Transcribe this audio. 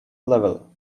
level